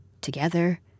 together